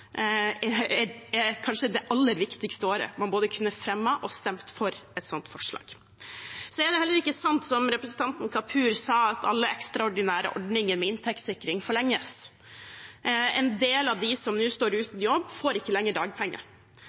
kanskje er det aller viktigste året hvor man både kunne fremmet og stemt for et sånt forslag. Det er heller ikke sant, som representanten Kapur sa, at alle ekstraordinære ordninger med inntektssikring forlenges. En del av dem som nå står uten jobb, får ikke lenger dagpenger.